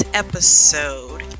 episode